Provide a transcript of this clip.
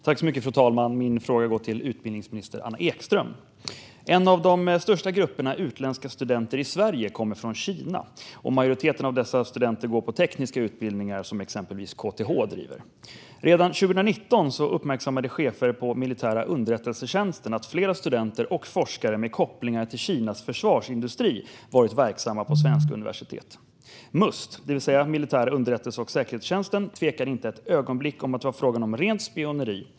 Fru talman! Min fråga går till utbildningsminister Anna Ekström. En av de största grupperna utländska studenter i Sverige kommer från Kina. Majoriteten av dessa studenter går på tekniska utbildningar som exempelvis KTH driver. Redan 2019 uppmärksammade chefer på militära underrättelsetjänsten att flera studenter och forskare med kopplingar till Kinas försvarsindustri varit verksamma på svenska universitet. Must, det vill säga Militära underrättelse och säkerhetstjänsten, tvekar inte ett ögonblick om att det varit fråga om rent spioneri.